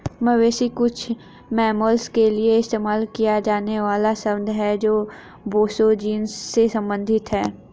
मवेशी कुछ मैमल्स के लिए इस्तेमाल किया जाने वाला शब्द है जो बोसो जीनस से संबंधित हैं